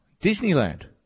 Disneyland